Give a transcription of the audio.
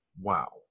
wow